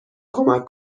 کمک